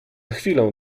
chwilę